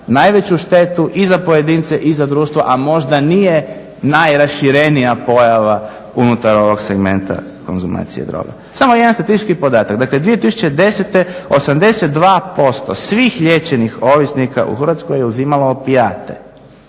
najveću štetu i za pojedince i za društvo, a možda nije najraširenija pojava unutar ovog segmenta konzumacije droga. Samo jedan statistički podatak. Dakle, 2010. 82% svih liječenih ovisnika u Hrvatskoj je uzimalo opijate